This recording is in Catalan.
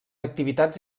activitats